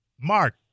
Mark